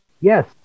Yes